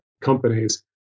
companies